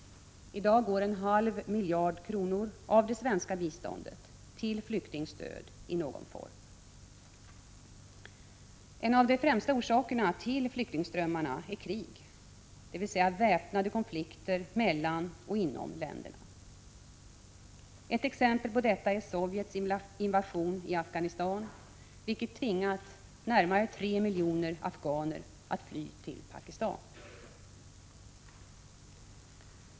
I dag går en halv miljard kronor av det svenska biståndet till flyktingstöd i någon form. En av de främsta orsakerna till flyktingströmmarna är krig, dvs. väpnade konflikter mellan eller inom länder. Ett exempel på detta är Sovjets invasion i Afghanistan, vilken tvingat närmare 3 miljoner afghaner att fly till Pakistan.